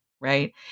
right